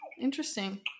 Interesting